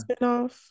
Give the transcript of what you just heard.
spinoff